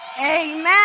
Amen